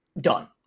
done